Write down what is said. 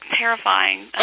terrifying